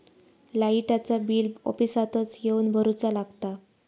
लाईटाचा बिल ऑफिसातच येवन भरुचा लागता?